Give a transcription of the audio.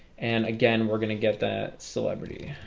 and again, we're gonna get that celebrity